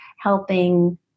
helping